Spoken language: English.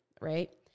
right